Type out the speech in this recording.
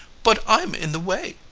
but i'm in the way,